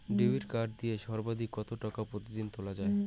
Debit card দিয়ে সর্বাধিক কত টাকা প্রতিদিন তোলা য়ায়?